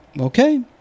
okay